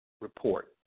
report